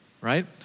right